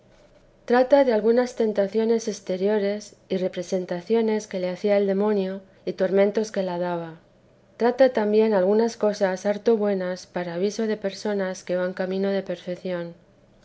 trata de algunas tentaciones exteriores y representaciones que le hacía el demonio y tormentos que le daba trata también algunas cosas harto buenas para aviso de personas que van camino de perfección